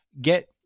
get